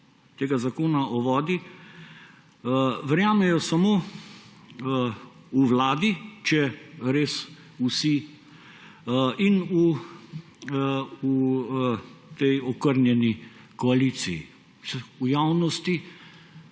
tega Zakona o vodi verjamejo samo v Vladi ‒ če res vsi – in v tej okrnjeni koaliciji. V javnosti